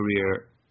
career